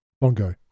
bongo